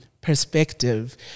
Perspective